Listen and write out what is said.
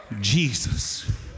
Jesus